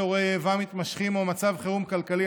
אירועי איבה מתמשכים או מצב חירום כלכלי,